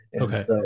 okay